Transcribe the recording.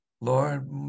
Lord